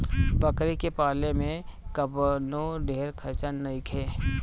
बकरी के पाले में कवनो ढेर खर्चा नईखे